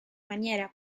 maniera